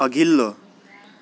अघिल्लो